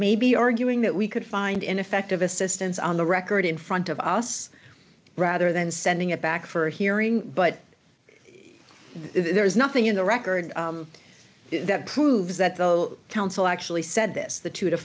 maybe arguing that we could find ineffective assistance on the record in front of us rather than sending it back for a hearing but there is nothing in the record that proves that the council actually said this the two to